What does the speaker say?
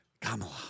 Kamala